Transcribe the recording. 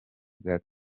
bwa